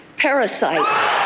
Parasite